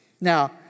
Now